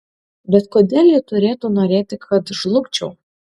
bet kodėl ji turėtų norėti kad žlugčiau